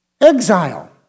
Exile